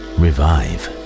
revive